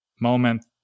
moment